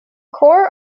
corps